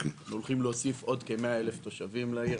אנחנו הולכים להוסיף עוד כ-100,000 תושבים לעיר,